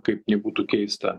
kaip nebūtų keista